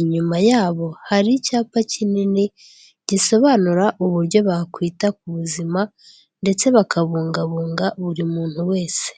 inyuma yabo hari icyapa kinini gisobanura uburyo bakwita ku buzima, ndetse bakabungabunga buri muntu wese.